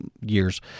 years